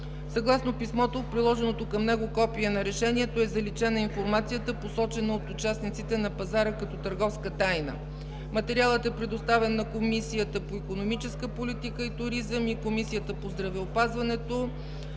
Съгласно писмото, в приложеното към него копие на решението, е заличена информацията, посочена от участниците на пазара като търговска тайна. Материалът е предоставен на Комисията по икономическа политика и туризъм и Комисията по здравеопазването.